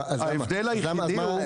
ההבדל היחיד הוא --- אז למה?